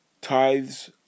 Tithes